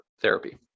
therapy